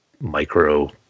micro